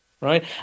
Right